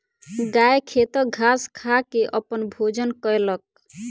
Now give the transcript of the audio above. गाय खेतक घास खा के अपन भोजन कयलक